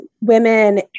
women